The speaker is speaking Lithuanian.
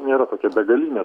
nėra tokia begalinė